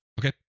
Okay